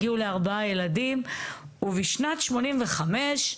הגיעו לארבעה ילדים ובשנת 85'